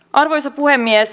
arvoisa puhemies